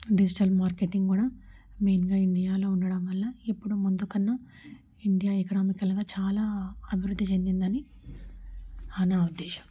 digital marketing కూడా మెయిన్గా ఇండియాలో ఉండడం వల్ల ఇప్పుడు ముందుకన్నా ఇండియా ఎకనామికల్గా చాలా అభివృద్ధి చెందిందని నా ఉద్దేశం